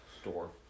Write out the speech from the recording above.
store